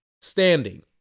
standing